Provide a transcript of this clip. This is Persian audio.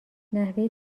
نحوه